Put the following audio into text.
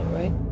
right